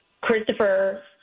Christopher